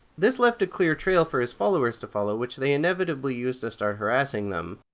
this left a clear trail for his followers to follow, which they inevitably used to start harassing them.